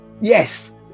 yes